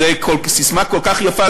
זו ססמה כל כך יפה,